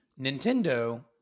Nintendo